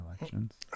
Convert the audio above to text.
elections